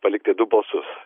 palikti du balsus